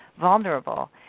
vulnerable